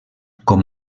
com